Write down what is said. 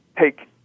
take